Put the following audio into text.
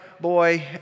boy